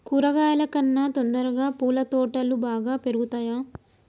కూరగాయల కన్నా తొందరగా పూల తోటలు బాగా పెరుగుతయా?